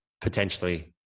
potentially